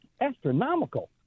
astronomical